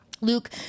Luke